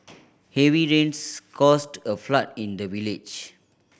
heavy rains caused a flood in the village